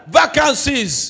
vacancies